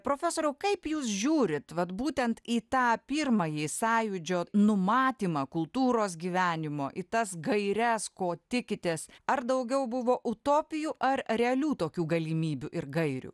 profesoriau kaip jūs žiūrit vat būtent į tą pirmąjį sąjūdžio numatymą kultūros gyvenimo į tas gaires ko tikitės ar daugiau buvo utopijų ar realių tokių galimybių ir gairių